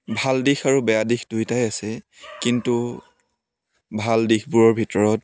ভাল দিশ আৰু বেয়া দিশ দুয়োটাই আছে কিন্তু ভাল দিশবোৰৰ ভিতৰত